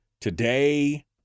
today